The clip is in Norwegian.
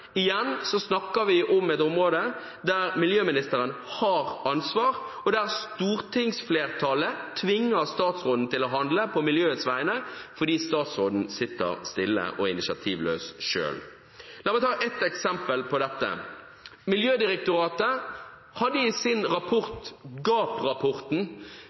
Igjen snakker vi om et område der miljøministeren har ansvar, og der stortingsflertallet tvinger statsråden til å handle på miljøets vegne fordi statsråden selv sitter stille og initiativløs. La meg ta ett eksempel på dette: Miljødirektoratet sier i sin rapport,